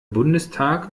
bundestag